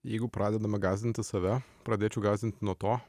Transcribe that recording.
jeigu pradedame gąsdinti save pradėčiau gąsdint nuo to